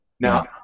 Now